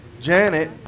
Janet